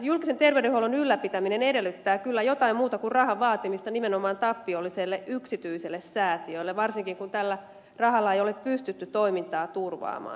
julkisen terveydenhuollon ylläpitäminen edellyttää kyllä jotain muuta kuin rahan vaatimista nimenomaan tappiolliselle yksityiselle säätiölle varsinkin kun tällä rahalla ei ole pystytty toimintaa turvaamaan